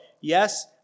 Yes